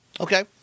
Okay